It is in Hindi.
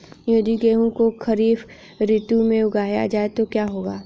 यदि गेहूँ को खरीफ ऋतु में उगाया जाए तो क्या होगा?